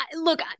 look